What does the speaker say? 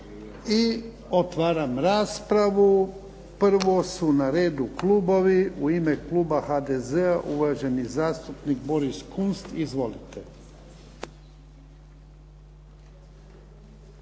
Otvaram raspravu. Prvo su na redu klubovi. U ime kluba HDZ-a uvaženi zastupnik Boris Kunst. Izvolite.